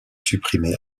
supprimée